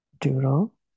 doodle